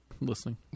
listening